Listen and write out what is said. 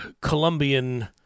Colombian